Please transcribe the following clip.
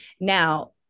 Now